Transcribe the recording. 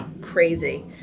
crazy